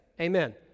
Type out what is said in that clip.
Amen